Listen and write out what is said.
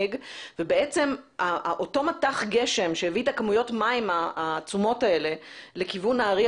ובעצם אותו מטח גשם שהביא את כמויות המים העצומות האלה לכיוון נהריה,